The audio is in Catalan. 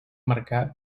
marcar